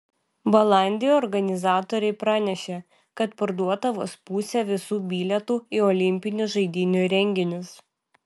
balandį organizatoriai pranešė kad parduota vos pusė visų bilietų į olimpinių žaidynių renginius